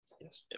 Yes